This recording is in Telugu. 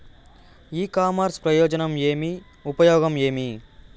ఇ కామర్స్ ప్రయోజనం ఏమి? ఉపయోగం ఏమి?